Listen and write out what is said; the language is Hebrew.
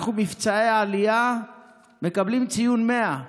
אנחנו במבצעי עלייה מקבלים ציון 100: